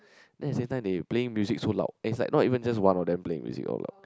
then at the same time they are playing music so loud and is like not even just one of them playing music out loud